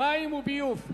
מי בעד הסתייגות לחלופין?